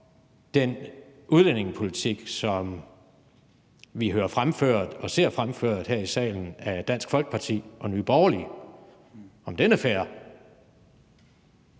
den udlændingepolitik, som vi hører fremført her i salen af Dansk Folkeparti og Nye Borgerlige, og om man